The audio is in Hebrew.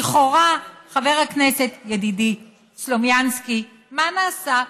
לכאורה, חבר הכנסת ידידי סלומינסקי, מה נעשה?